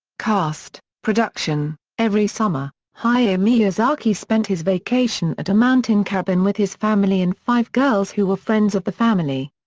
cast production every summer, hayao miyazaki spent his vacation at a mountain cabin with his family and five girls who were friends of the family.